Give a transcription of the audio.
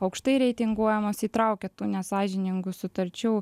aukštai reitinguojamos įtraukia tų nesąžiningų sutarčių